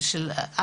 יכולה להשפיע.